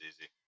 easy